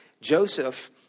Joseph